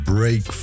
Break